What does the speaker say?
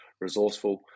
resourceful